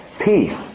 Peace